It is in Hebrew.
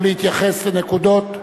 ולהתייחס לנקודות שהועלו.